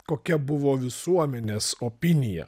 kokia buvo visuomenės opinija